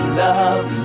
love